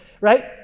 right